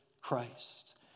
Christ